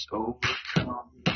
overcome